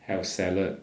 还有 salad